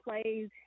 plays